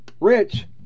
rich